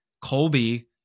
Colby